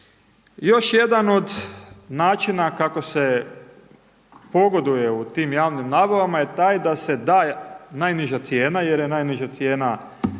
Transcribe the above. Još jedan od načina kako se pogoduje u tim javnim nabavama je taj da se daje najniža cijena jer je najniža cijena